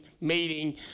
meeting